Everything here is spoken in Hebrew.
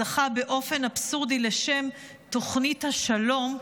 וזכה באופן אבסורדי לשם תוכנית השלום,